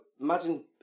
imagine